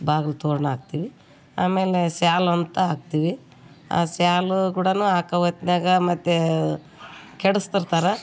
ಬಾಗ್ಲು ತೋರಣ ಹಾಕ್ತೀವಿ ಆಮೇಲೆ ಶ್ಯಾಲಂತ ಹಾಕ್ತೀವಿ ಆ ಸ್ಯಾಲು ಕೂಡ ಹಾಕೋ ಹೊತ್ನಾಗ ಮತ್ತು ಕೆಡಿಸ್ತಿರ್ತಾರೆ